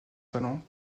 talent